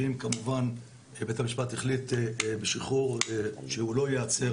ואם כמובן בית המשפט החליט בשחרור שהוא לא ייעצר